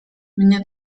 mnie